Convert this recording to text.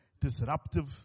disruptive